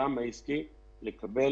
כי אמרו להם שהם יכולים לקבל